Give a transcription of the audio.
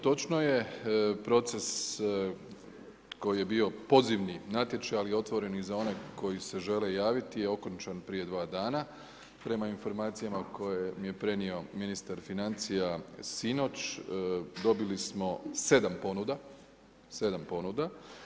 Točno je, proces koji je bio pozivni natječaj, ali je otvoren i za one koji se žele javiti je okončan prije dva dana prema informacijama koje mi je prenio ministar financija sinoć dobili smo 7 ponuda, 7 ponuda.